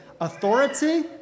authority